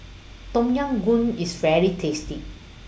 Tom Yam Goong IS very tasty